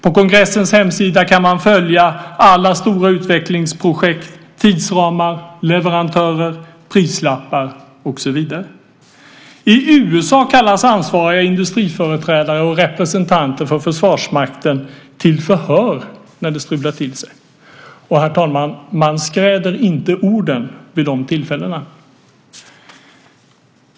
På kongressens hemsida kan man följa alla stora utvecklingsprojekt, tidsramar, leverantörer, prislappar och så vidare. I USA kallas ansvariga industriföreträdare och representanter för försvarsmakten till förhör när det strular till sig. Herr talman! Man skräder inte orden vid de tillfällena.